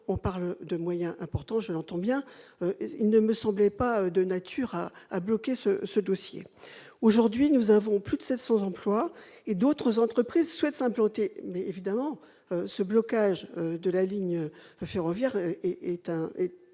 On parle de montants importants, je l'entends bien, mais cela ne me semblait pas de nature à bloquer ce dossier. Aujourd'hui, nous avons, sur ce site, plus de 700 emplois, et d'autres entreprises souhaitent s'y implanter. Mais, évidemment, le blocage concernant la ligne ferroviaire suffit